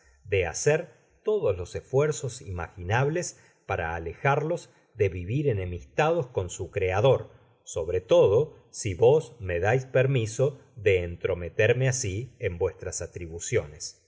de hacer todos los esfuerzos imaginables para alejarlos de vivir enemistados con su criador sobre todo si vos me dais permiso de entrometerme asi en vuestras atribuciones